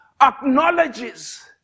acknowledges